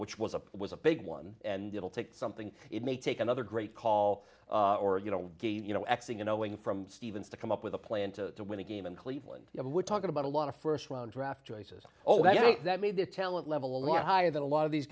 which was a was a big one and it'll take something it may take another great call or you know gain you know axing you knowing from stevens to come up with a plan to win a game in cleveland we're talking about a lot of first round draft choices oh yeah that made the talent level a lot higher than a lot of these